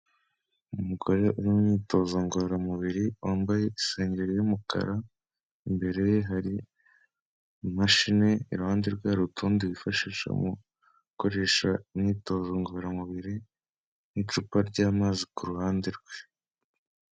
Umugore uri mu myitozo ngororamubiri wambaye isengeri y'umukara, imbere ye hari imashini, iruhande rwe hari utundi yifashisha mu gukoresha imyitozo ngororamubiri n'icupa ry'amazi ku ruhande rwe.